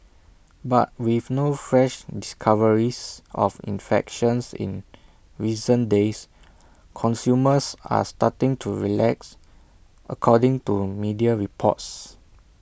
but with no fresh discoveries of infections in recent days consumers are starting to relax according to media reports